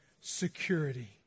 security